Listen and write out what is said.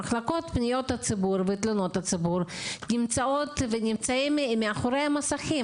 המחלקות לפניות הציבור ותלונות הציבור נמצאות מאחרי המסכים.